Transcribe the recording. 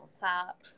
top